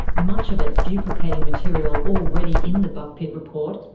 much of it duplicating material already in the buckpitt report,